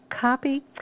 copy